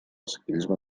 ciclisme